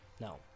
No